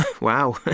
Wow